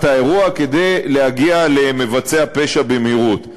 האירוע כדי להגיע למבצעי הפשע במהירות.